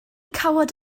cawod